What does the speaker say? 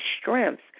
strengths